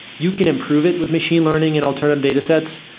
you can improve it with machine learning and alternative data sets,